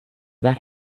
that